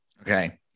Okay